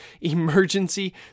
emergency